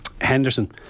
Henderson